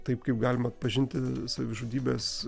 taip kaip galima atpažinti savižudybės